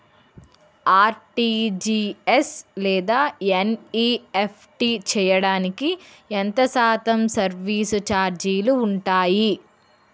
RTGS లేదా NEFT చేయడానికి ఎంత శాతం సర్విస్ ఛార్జీలు ఉంటాయి?